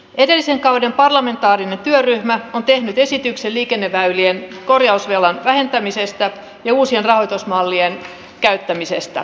edellisen kauden parlamentaarinen työryhmä on tehnyt esityksen liikenneväylien korjausvelan vähentämisestä ja uusien rahoitusmallien käyttämisestä